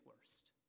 worst